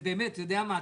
באמת, אתה יודע מה?